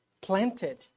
planted